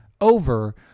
over